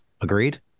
Agreed